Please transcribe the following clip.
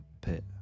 pit